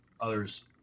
others